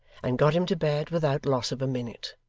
and got him to bed without loss of a minute.